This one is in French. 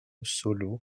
solo